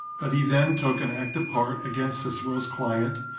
but he then took an active part against cicero's client,